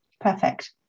Perfect